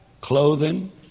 Clothing